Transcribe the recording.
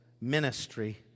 ministry